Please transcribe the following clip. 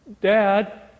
Dad